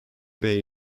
bay